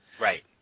Right